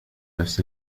نفس